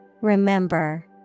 Remember